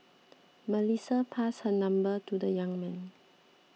Melissa passed her number to the young man